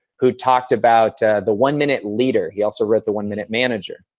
who talked about the one minute leader he also wrote the one minute manager.